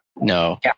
No